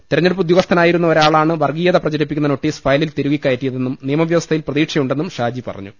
തെരഞ്ഞെടുപ്പ് ഉദ്യോഗസ്ഥനായിരുന്ന ഒരാളാണ് വർഗീയത പ്രചരിപ്പിക്കുന്ന നോട്ടീസ് ഫയലിൽ തിരുകികയറ്റിയതെന്നും നിയമവ്യവസ്ഥയിൽ പ്രതീക്ഷയുണ്ടെന്നും ഷാജി പറഞ്ഞു